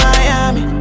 Miami